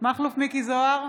מכלוף מיקי זוהר,